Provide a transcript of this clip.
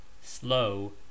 slow